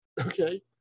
okay